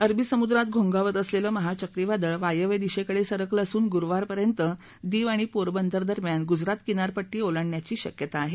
अरबी समुद्रात घोंघावत असलेलं महा चक्रीवादळ वायव्य दिशेकडे सरकलं असून गुरुवारपर्यंत दीव आणि पोरबंदर दरम्यान गुजरात किनारपट्टी ओलांडण्याची शक्यता आहे